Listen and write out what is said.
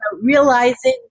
realizing